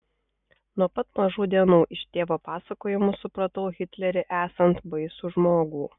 nuo pat mažų dienų iš tėvo pasakojimų supratau hitlerį esant baisų žmogų